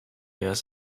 has